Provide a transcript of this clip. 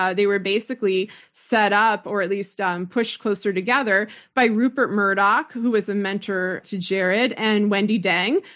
ah they were basically set up or at least um pushed closer together by rupert murdoch, who was a mentor to jared, and wendi deng,